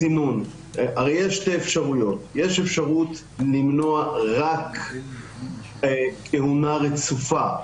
הרי יש שתי אפשרויות: יש אפשרות למנוע רק כהונה רצופה,